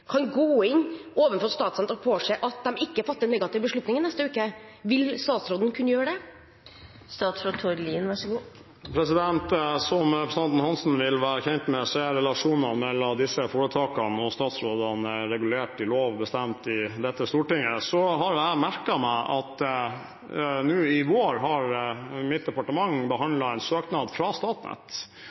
kan gå inn overfor Statnett og påse at de ikke fatter negativ beslutning neste uke. Vil statsråden kunne gjøre det? Som representanten Eva Kristin Hansen vil være kjent med, er relasjonen mellom disse foretakene og statsråden regulert i lov vedtatt i Stortinget. Så har jeg merket meg at nå i vår har mitt departement behandlet en søknad fra Statnett